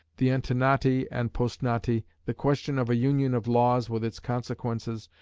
the antenati and postnati, the question of a union of laws, with its consequences,